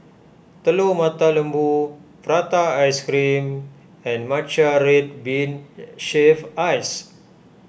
Telur Mata Lembu Prata Ice Cream and Matcha Red Bean Shaved Ice